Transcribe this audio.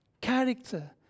character